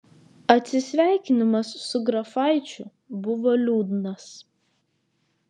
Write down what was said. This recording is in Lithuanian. atsisveikinimas su grafaičiu buvo liūdnas